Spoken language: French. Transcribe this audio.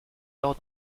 lors